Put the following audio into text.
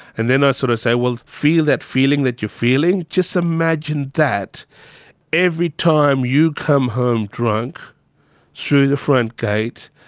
and then i sort of say, well, feel that feeling that you are feeling. just imagine that every time you come home drunk through the front gate,